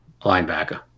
linebacker